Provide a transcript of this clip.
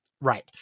Right